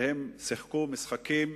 והם שיחקו משחקים